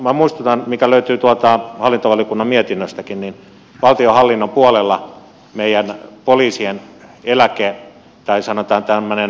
minä muistutan siitä mikä löytyy tuolta hallintovaliokunnan mietinnöstäkin että valtionhallinnon puolella neljän poliisien eläke tai sanotaan tamminen